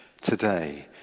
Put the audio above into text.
today